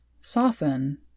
soften